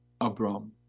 Abram